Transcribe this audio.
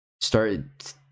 Start